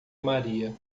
maria